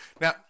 Now